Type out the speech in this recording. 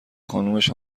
خانومش